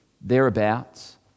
thereabouts